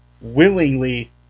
willingly